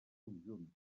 conjunta